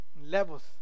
levels